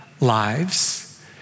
Lives